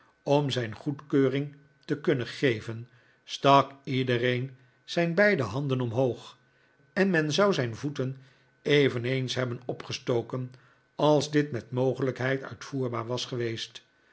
om zijn goedkeuring te kennen te geven stak iedereen zijn beide handen omhoog en men zou zijn voeten eveneens hebben opgestoken als dit met mogelijkheid uitvoerbaar was geweest